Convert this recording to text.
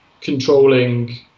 controlling